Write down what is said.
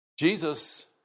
Jesus